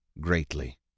greatly